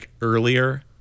earlier